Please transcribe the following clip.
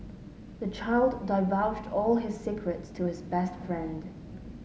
the child divulged all his secrets to his best friend